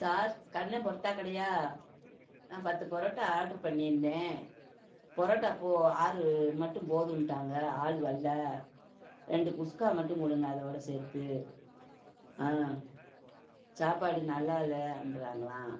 sir Kannan parotta கடையா நான் பத்து பரோட்டா ஆர்ட்ரு பண்ணியிருந்தேன் பரோட்டா போ ஆறு மட்டும் போதும்ன்டாங்க ஆளுவரல்ல ரெண்டு குஸ்கா மட்டும் கொடுங்க அதோடய சேர்த்து ஆ சாப்பாடு நல்லா இல்லைன்றாங்களாம்